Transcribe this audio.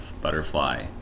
butterfly